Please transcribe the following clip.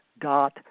dot